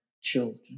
children